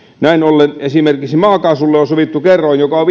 näin ollen esimerkiksi maakaasulle on sovittu kerroin joka on